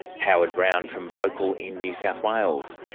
howard brown, from vocal in new south wales.